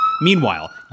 Meanwhile